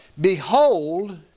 Behold